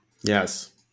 Yes